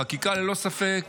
חקיקה ללא ספק